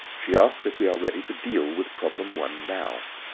she asks if we are ready to deal with problem one now.